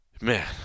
Man